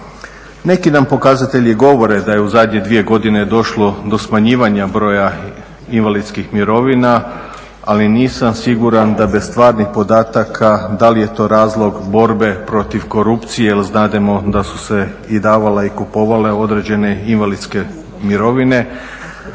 Neki nam pokazatelji govore da je u zadnje dvije godine došlo do smanjivanja broja invalidskih mirovina ali nisam siguran da bez stvarnih podataka da li je to razlog borbe protiv korupcije jer znamo da su se i davale i kupovale određene invalidske mirovine